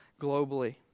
globally